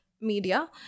media